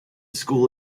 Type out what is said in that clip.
school